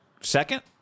second